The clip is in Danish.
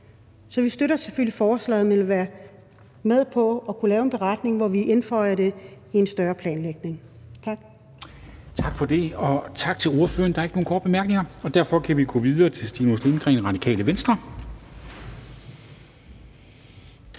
Så vi støtter selvfølgelig forslaget, men vil være med på at kunne lave en beretning, hvor vi indføjer det i en større planlægning. Tak. Kl. 13:38 Formanden (Henrik Dam Kristensen): Tak for det, og tak til ordføreren. Der er ikke nogen korte bemærkninger. Derfor kan vi gå videre til Stinus Lindgreen, Radikale Venstre.